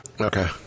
Okay